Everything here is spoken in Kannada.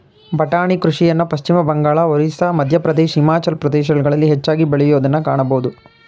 ಬಟಾಣಿ ಕೃಷಿಯನ್ನು ಪಶ್ಚಿಮಬಂಗಾಳ, ಒರಿಸ್ಸಾ, ಮಧ್ಯಪ್ರದೇಶ್, ಹಿಮಾಚಲ ಪ್ರದೇಶಗಳಲ್ಲಿ ಹೆಚ್ಚಾಗಿ ಬೆಳೆಯೂದನ್ನು ಕಾಣಬೋದು